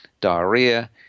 diarrhea